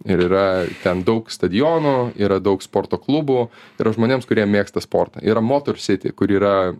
ir yra ten daug stadionų yra daug sporto klubų yra žmonėms kurie mėgsta sportą yra motor sity kur yra